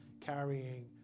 carrying